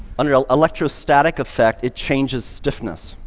under ah electrostatic effect, it changes stiffness.